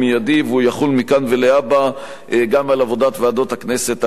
והוא יחול מכאן ולהבא גם על עבודת ועדות הכנסת הקיימות.